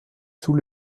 sous